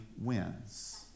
wins